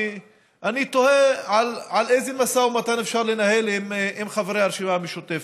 אני תוהה איזה משא ומתן אפשר לנהל עם חברי הרשימה המשותפת.